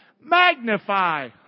Magnify